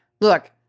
look